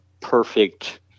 perfect